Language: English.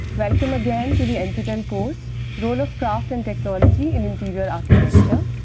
welcome again to the nptel course role of craft and technology in interior architecture.